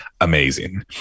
amazing